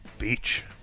beach